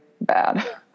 bad